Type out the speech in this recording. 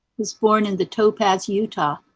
was born in the topaz, utah,